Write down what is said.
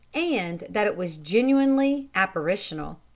and that it was genuinely apparitional.